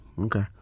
Okay